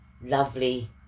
lovely